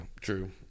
True